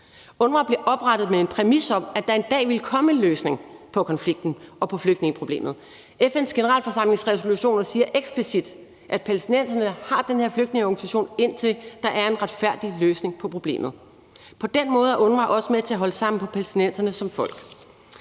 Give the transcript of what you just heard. UNRWA blev oprettet med en præmis om, at der en dag ville komme en løsning på konflikten og på flygtningeproblemet. FN's Generalforsamlings resolutioner siger eksplicit, at palæstinenserne har den her flygtningeorganisation, indtil der er en retfærdig løsning på problemet. På den måde er UNRWA også med til at holde sammen på palæstinenserne som folk.